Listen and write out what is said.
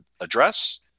address